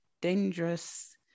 Dangerous